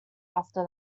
after